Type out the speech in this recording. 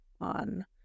on